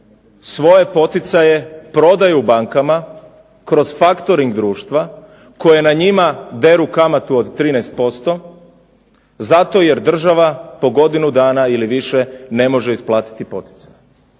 svoje poticaje prodaju bankama kroz factoring društva, koje na njima deru kamatu od 13% zato jer država po godinu dana ili više ne može isplatiti poticaje.